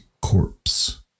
corpse